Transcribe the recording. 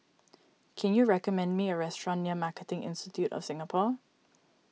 can you recommend me a restaurant near Marketing Institute of Singapore